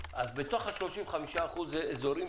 האלה יתממשו אז בתוך 35% מן האזורים,